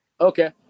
Okay